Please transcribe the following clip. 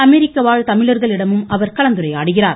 அமெரிக்க வாழ் தமிழர்களிடமும் அவர் கலந்துரையாடுகிறார்